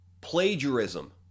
Plagiarism